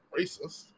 Racist